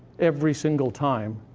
every single time,